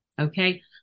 Okay